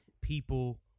people